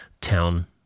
town